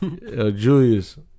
Julius